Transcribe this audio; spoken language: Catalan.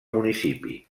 municipi